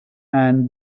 and